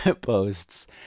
posts